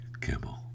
Kimmel